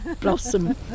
blossom